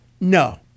No